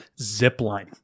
zipline